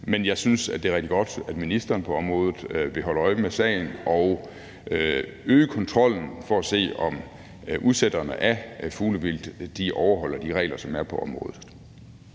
Men jeg synes, at det er rigtig godt, at ministeren på området vil holde øje med sagen og øge kontrollen for at se, om udsætterne af fuglevildt overholder de regler, som er på området.